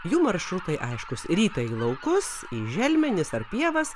jų maršrutai aiškūs rytą į laukus į želmenis ar pievas